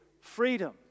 freedom